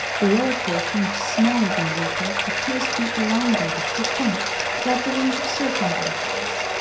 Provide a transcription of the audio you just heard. the lower portion, which is small er than the upper, appears to be elongated to a point like the wings of certain butterflies.